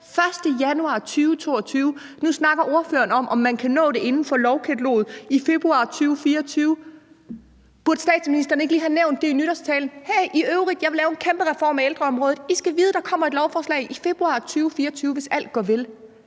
1. januar 2022, og nu snakker ordføreren om, om man kan nå det inden for lovkataloget i februar 2024. Burde statsministeren ikke lige have nævnt det i nytårstalen: Hey, jeg vil i øvrigt lave en kæmpe reform af ældreområdet; I skal vide, at der kommer et lovforslag i februar 2024, hvis alt går vel?